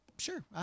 Sure